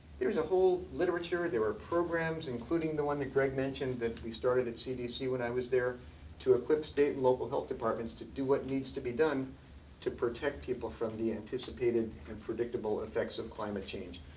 there's a whole literature, there were programs including the one that greg mentioned that we started at cdc when i was there to equip state and local health departments to do what needs to be done to protect people from the anticipated, and predictable, effects of climate change.